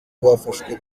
abafashwe